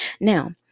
Now